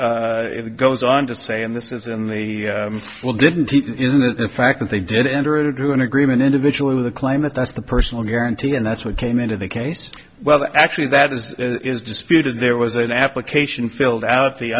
goes on to say and this is in the well didn't it in the fact that they did enter into an agreement individual of the climate that's the personal guarantee and that's what came into the case well actually that is disputed there was an application filled out the